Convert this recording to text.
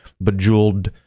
bejeweled